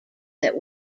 that